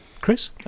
Chris